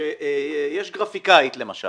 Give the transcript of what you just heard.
שיש גרפיקאית למשל